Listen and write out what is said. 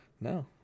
No